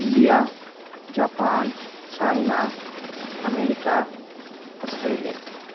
India Japan China America Australia